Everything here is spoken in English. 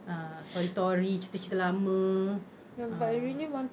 ah story story cerita cerita lama ah